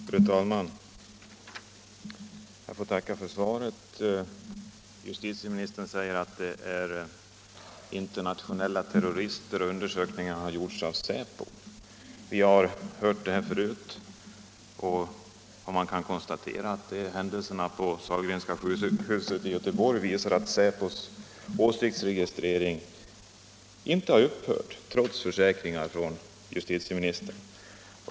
Fru talman! Jag får tacka för svaret. Justitieministern talar om internationella terrorister och om undersökningar av Säpo. Vi har hört det förut. Man kan konstatera att händelserna på Sahlgrenska sjukhuset i Göteborg visar att Säpo:s åsiktsregistrering inte upphört trots försäkringar om det från justitieministern.